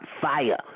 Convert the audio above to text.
fire